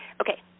Okay